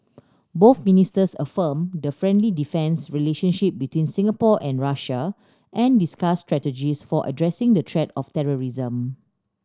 both ministers affirmed the friendly defence relationship between Singapore and Russia and discussed strategies for addressing the threat of terrorism